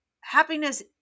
happiness